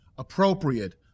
Appropriate